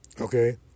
Okay